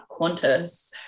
Qantas